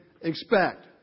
expect